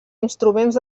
instruments